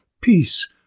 Peace